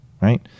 Right